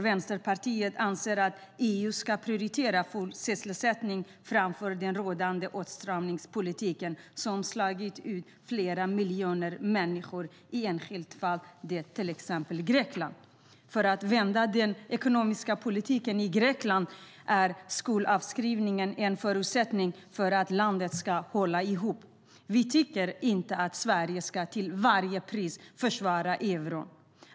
Vänsterpartiet anser att EU ska prioritera full sysselsättning framför den rådande åtstramningspolitiken, som slagit ut flera miljoner människor, till exempel i Grekland. När det gäller att vända den ekonomiska utvecklingen i Grekland är skuldavskrivningen en förutsättning för att landet ska hålla ihop. Vi tycker inte att Sverige till varje pris ska försvara euron.